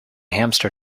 hamster